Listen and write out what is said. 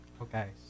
Okay